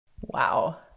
Wow